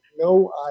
no